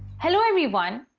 hello, everyone!